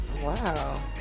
Wow